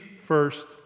first